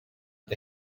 the